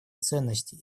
ценности